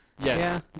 Yes